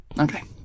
Okay